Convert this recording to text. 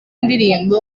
indirimbo